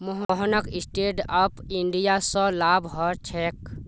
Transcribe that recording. मोहनक stand up India स लाभ ह छेक